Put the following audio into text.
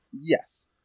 Yes